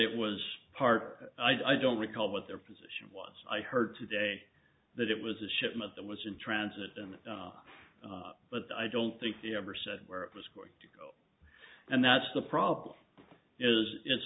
it was part of i don't recall what their position was i heard today that it was a shipment that was in transit and but i don't think they ever said where it was going and that's the problem is it's